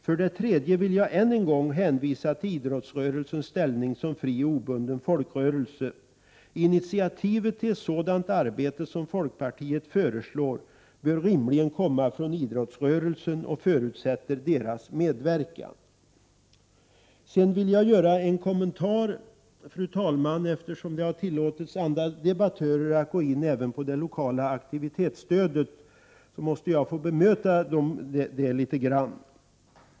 Vidare vill jag än en gång hänvisa till idrottsrörelsens ställning som fri och obunden folkrörelse. Initiativet till ett sådant arbete som folkpartiet föreslår bör rimligen komma från idrottsrörelsen och förutsätter dess medverkan. Fru talman! Eftersom andra debattörer har tillåtits gå in även på frågan om lokalt aktivitetsstöd måste jag få bemöta det som har sagts.